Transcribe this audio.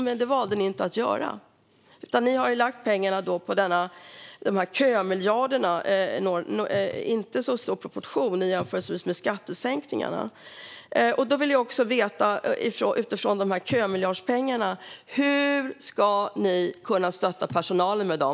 Men det valde ni inte att göra, utan ni har lagt pengarna på kömiljarder som inte står i proportion till skattesänkningarna. Jag vill också veta när det gäller dessa kömiljarder: Hur ska ni kunna stötta personalen med dem?